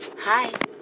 Hi